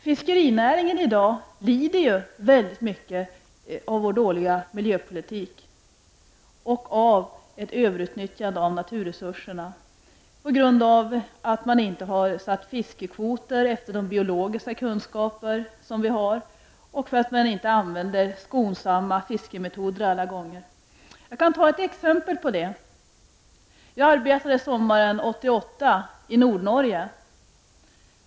Fiskerinäringen lider i dag väldigt mycket av vår dåliga miljöpolitik och av ett överutnyttjande av naturresurserna på grund av att man inte har satt fiskekvoter efter de biologiska kunskaper som vi har och på grund av att man inte alla gånger använder skonsamma fiskemetoder. Jag kan ta ett exempel på det. Jag arbetade sommaren 1988 i Nordnorge.